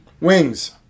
Wings